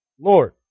Lord